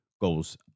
goes